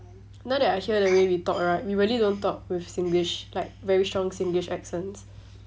now that I hear the way we talk right we really don't talk with singlish like very strong singlish accents